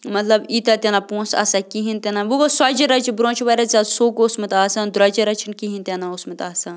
مطلب ییٖتیٛاہ تہِ نَہ پونٛسہٕ آسان کِہیٖنۍ تہِ نَہ وۄنۍ گوٚو سۄجہٕ رۄجہِ برٛونٛہہ چھِ واریاہ زیادٕ سوٚگ اوسمُت آسان درٛۄجہٕ راہ چھِنہٕ کِہیٖنۍ تہِ نَہ اوسمُت آسان